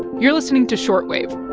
you're listening to short wave